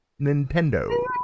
Nintendo